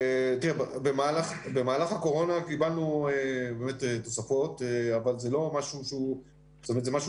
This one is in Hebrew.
במהלך הקורונה באמת קיבלנו תוספות אבל זה משהו זמני.